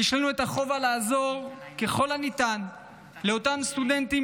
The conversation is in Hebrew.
יש לנו את החובה לעזור ככל הניתן לאותם סטודנטים